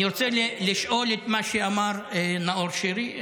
רוצה לשאול את מה ששאל נאור שירי,